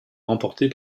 remportée